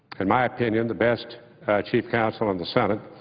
in my opinion the best chief counsel in the senate,